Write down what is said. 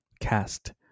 cast